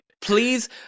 Please